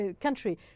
country